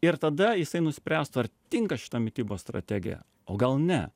ir tada jisai nuspręstų ar tinka šita mitybos strategija o gal ne